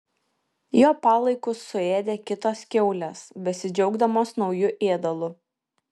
jo palaikus suėdė kitos kiaulės besidžiaugdamos nauju ėdalu